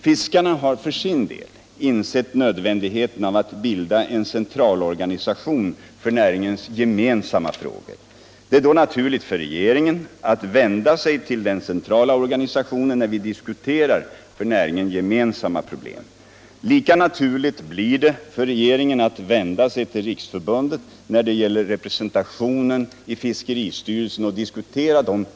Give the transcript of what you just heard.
Fiskarna har för sin del insett nödvändigheten av att bilda en centralorganisation för näringens gemensamma frågor. Det är då naturligt för regeringen att vända sig till den centrala organisationen när vi diskuterar för näringen gemensamma problem. Lika naturligt blir det för regeringen att vända sig till riksförbundet och diskutera representationen i fiskeristyrelsen med dem.